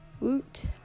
woot